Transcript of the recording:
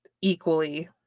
equally